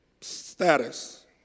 status